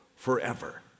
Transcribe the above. Forever